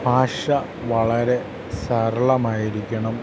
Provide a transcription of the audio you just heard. ഭാഷ വളരെ സരളമായിരിക്കണം